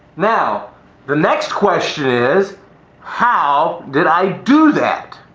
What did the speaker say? now the next question is how did i do that?